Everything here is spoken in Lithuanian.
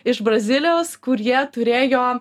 iš brazilijos kur jie turėjo